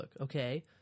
okay